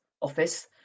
office